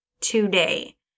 today